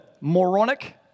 moronic